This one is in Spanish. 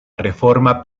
reforma